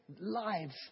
lives